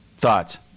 thoughts